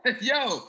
yo